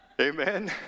Amen